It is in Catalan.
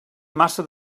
massa